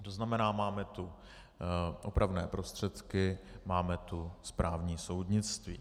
To znamená, máme tu opravné prostředky, máme tu správní soudnictví.